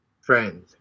friend